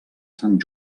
sant